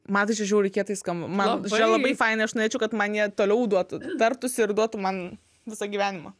man tai žiauriai kietai skamba man labai fainai aš norėčiau kad man jie toliau duotų tartųsi ir duotų man visą gyvenimą